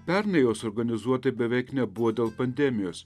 pernai jos organizuotai beveik nebuvo dėl pandemijos